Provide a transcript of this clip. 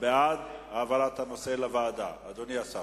אדוני השר,